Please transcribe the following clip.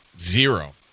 Zero